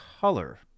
color